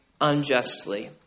unjustly